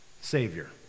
savior